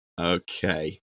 Okay